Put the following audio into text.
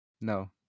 no